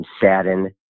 saddened